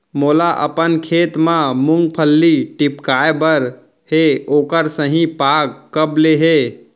मोला अपन खेत म मूंगफली टिपकाय बर हे ओखर सही पाग कब ले हे?